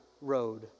road